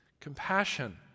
Compassion